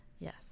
yes